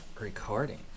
recording